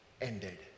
ended